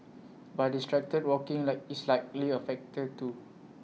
but distracted walking like is likely A factor too